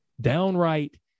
downright